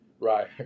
Right